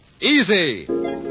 easy